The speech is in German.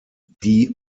die